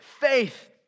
Faith